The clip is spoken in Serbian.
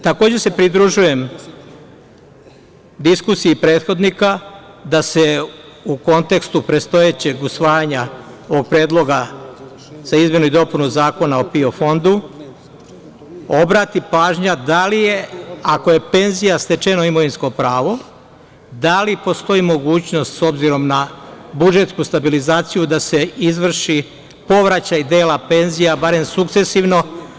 Takođe se pridružujem diskusiji prethodnika da se u kontekstu predstojećeg usvajanja ovog Predloga za izmenu i dopunu Zakona o PIO Fondu obrati pažnja, ako je penzija stečeno imovinsko pravo da li postoji mogućnost s obzirom na budžetsku stabilizaciju da se izvrši povraćaj dela penzija, barem sukcesivno?